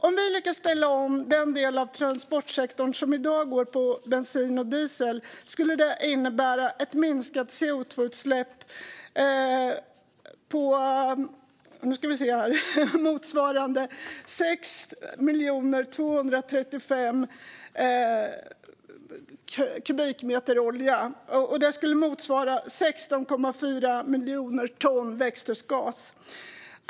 Om vi lyckas ställa om den del av transportsektorn som i dag går på bensin och diesel skulle det innebära ett minskat CO2 utsläpp på motsvarande 6,235 miljoner kubikmeter olja. Det skulle motsvara 16,4 miljoner ton växthusgas.